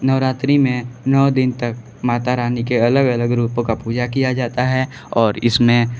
नवरात्रि में नौ दिन तक माता रानी के अलग अलग रूपों का पूजा किया जाता है और इसमें